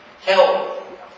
Help